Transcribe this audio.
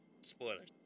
Spoilers